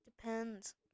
Depends